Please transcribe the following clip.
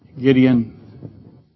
Gideon